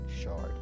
Shard